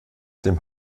dem